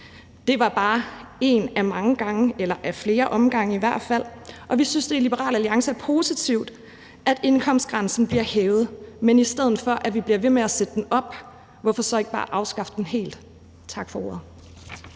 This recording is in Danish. Det var bare én af i hvert fald flere omgange, og vi synes i Liberal Alliance, at det er positivt, at indkomstgrænsen bliver hævet. Men i stedet for at vi bliver ved med at sætte den op, hvorfor så ikke bare afskaffe den helt? Tak for ordet.